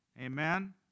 Amen